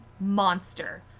monster